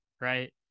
right